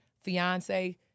fiance